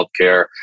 healthcare